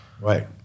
Right